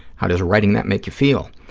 how does writing that make you feel?